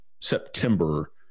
september